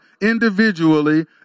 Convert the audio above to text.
individually